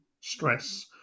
stress